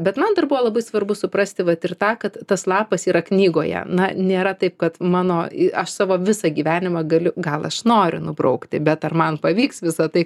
bet man dar buvo labai svarbu suprasti vat ir tą kad tas lapas yra knygoje na nėra taip kad mano aš savo visą gyvenimą galiu gal aš noriu nubraukti bet ar man pavyks visą tai